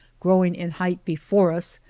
growing in height before us,